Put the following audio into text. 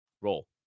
Roll